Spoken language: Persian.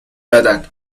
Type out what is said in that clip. دادن